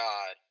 God